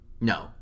no